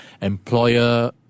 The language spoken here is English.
employer